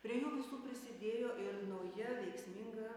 prie jų visų prisidėjo ir nauja veiksminga